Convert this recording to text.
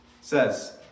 Says